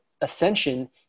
ascension